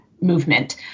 Movement